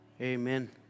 Amen